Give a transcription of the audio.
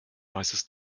weißes